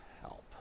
help